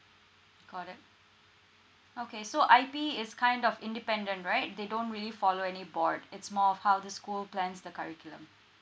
got it okay so I_P is kind of independent right they don't really follow any board it's more of how the school plans the curriculum